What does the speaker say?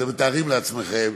אתם מתארים לעצמכם.